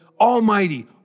almighty